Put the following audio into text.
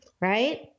right